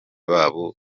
babo